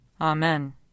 Amen